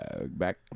back